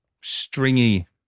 Stringy